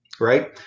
right